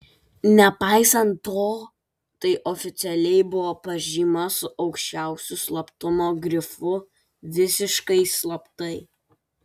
nepaisant to tai oficialiai buvo pažyma su aukščiausiu slaptumo grifu visiškai slaptai